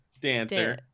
Dancer